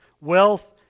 wealth